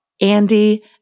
Andy